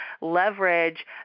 leverage